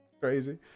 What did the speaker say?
Crazy